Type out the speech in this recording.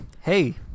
Hey